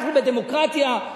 אנחנו בדמוקרטיה.